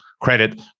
credit